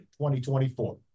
2024